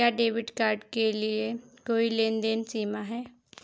क्या debit card के लिए कोई लेनदेन सीमा है?